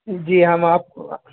جی ہم آپ کو